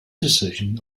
decision